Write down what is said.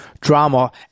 drama